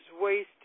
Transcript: wasted